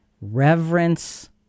Reverence